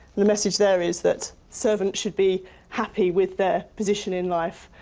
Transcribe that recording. the message there is that servants should be happy with their position in life,